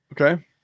Okay